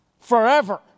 forever